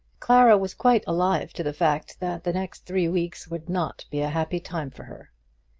clara was quite alive to the fact that the next three weeks would not be a happy time for her.